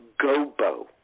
gobo